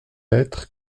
lettre